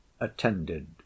attended